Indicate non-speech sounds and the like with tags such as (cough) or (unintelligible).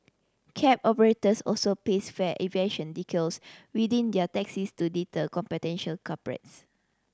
cab operators also paste fare evasion decals within their taxis to deter (unintelligible) potential culprits